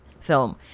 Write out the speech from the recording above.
film